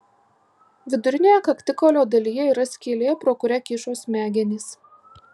vidurinėje kaktikaulio dalyje yra skylė pro kurią kyšo smegenys